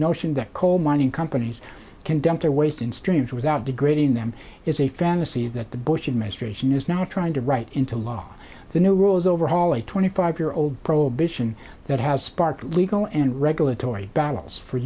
notion that coal mining companies can dump their waste in streams without degrading them is a fantasy that the bush administration is now trying to write into law the new rules overhaul a twenty five year old prohibition that has sparked legal and regulatory ba